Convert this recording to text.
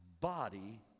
body